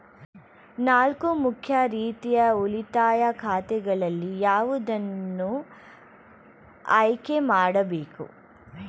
ನಾಲ್ಕು ಮುಖ್ಯ ರೀತಿಯ ಉಳಿತಾಯ ಖಾತೆಗಳಲ್ಲಿ ಯಾವುದನ್ನು ಆಯ್ಕೆ ಮಾಡಬೇಕು?